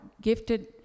gifted